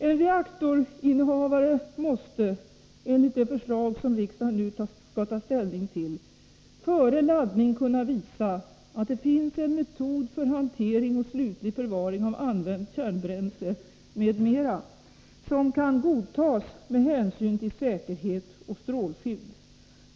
En reaktorinnehavare måste, enligt det förslag som riksdagen nu skall ta ställning till, före laddning kunna visa att det finns en metod för hantering och slutlig förvaring av använt kärnbränsle m.m. som kan godtas med hänsyn till säkerhet och strålskydd.